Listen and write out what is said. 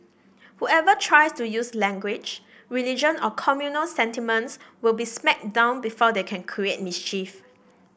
whoever tries to use language religion or communal sentiments will be smacked down before they can create mischief